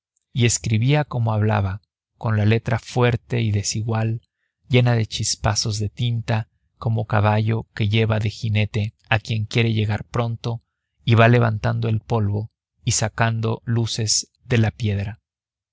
y escribía como hablaba con la letra fuerte y desigual llena de chispazos de tinta como caballo que lleva de jinete a quien quiere llegar pronto y va levantando el polvo y sacando luces de la piedra